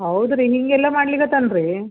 ಹೌದ್ರಿ ಹಿಂಗೆಲ್ಲ ಮಾಡ್ಲಕ್ಕತ್ತಾನ ರೀ